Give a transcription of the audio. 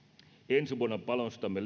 ensi vuonna panostamme